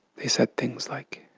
they said things like,